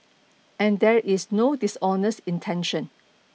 and there is no dishonest intention